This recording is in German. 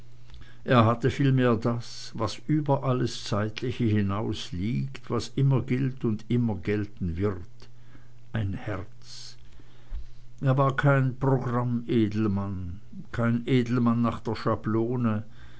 er hatte vielmehr das was über alles zeitliche hinaus liegt was immer gilt und immer gelten wird ein herz er war kein programmedelmann kein edelmann nach der schablone